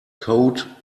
code